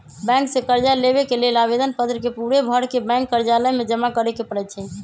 bank से कर्जा लेबे के लेल आवेदन पत्र के पूरे भरके बैंक कर्जालय में जमा करे के परै छै